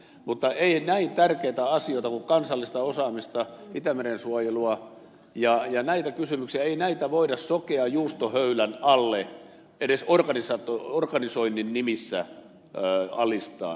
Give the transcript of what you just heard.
mutta ei näin tärkeitä asioita kuin kansallista osaamista itämeren suojelua ja näitä kysymyksiä voida edes organisoinnin nimissä sokean juustohöylän alle alistaa